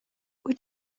wyt